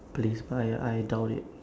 place I I doubt it